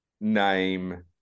name